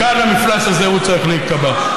כאן המפלס הזה צריך להיקבע.